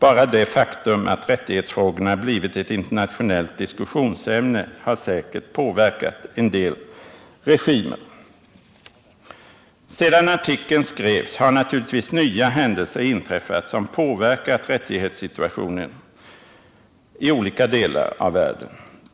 Bara det faktum att rättighetsfrågorna blivit ett internationellt diskussionsämne har säkert påverkat en del regimer.” Sedan artikeln skrevs har nya händelser inträffat som påverkat rättighets situationen i olika delar av världen.